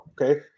okay